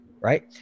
right